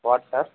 what sir